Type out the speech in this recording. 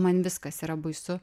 man viskas yra baisu